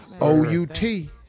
O-U-T